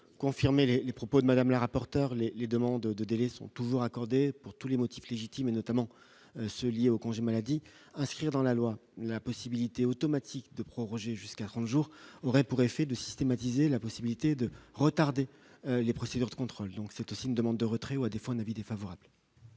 confirmer les propos de Madame le rapporteur, mais les demandes de délits sont toujours accordé pour tous les motifs légitimes et notamment ceux liés aux congés maladie inscrire dans la loi la possibilité automatique de proroger jusqu'à rendent jours aurait pour effet de systématiser la possibilité de retarder les procédures de contrôle, donc c'est aussi une demande de retrait ou à défaut un avis défavorable.